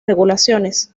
regulaciones